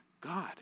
God